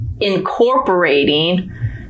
incorporating